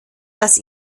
dass